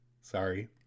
Sorry